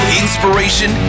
inspiration